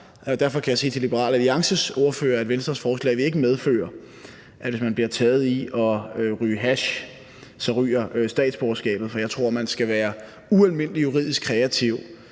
Derfor kan jeg sige til Liberal Alliances ordfører, at Venstres forslag ikke vil medføre, at hvis man bliver taget i at ryge hash, så ryger statsborgerskabet. For jeg tror, at man skal være ualmindelig juridisk kreativ